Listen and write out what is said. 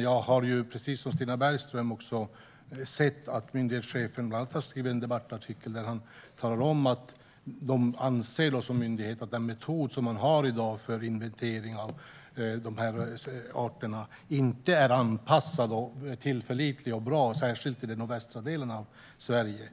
Jag har dock, precis som Stina Bergström, sett att myndighetschefen bland annat har skrivit en debattartikel där han talar om att myndigheten anser att den metod man har i dag för inventering av arter inte är anpassad, tillförlitlig och bra, särskilt inte när det gäller den nordvästra delen av Sverige.